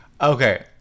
Okay